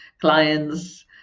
clients